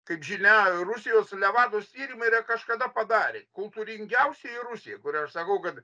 kaip žinia rusijos levados tyrimai yra kažkada padarę kultūringiausioji rusija kurią aš sakau kad